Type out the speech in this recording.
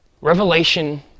Revelation